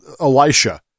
Elisha